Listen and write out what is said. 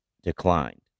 declined